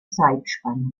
zeitspanne